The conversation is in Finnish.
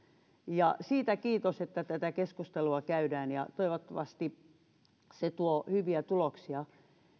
ja siitä kiitos että tätä keskustelua käydään ja toivottavasti se tuo hyviä tuloksia